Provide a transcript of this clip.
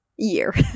year